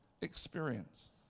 experience